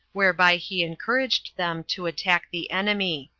whereby he encouraged them to attack the enemy.